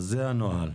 זה הנוהל.